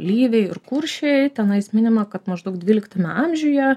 lyviai ir kuršiai tenais minima kad maždaug dvyliktame amžiuje